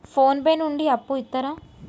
Phone pay నుండి అప్పు ఇత్తరా?